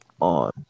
on